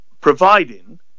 providing